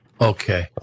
Okay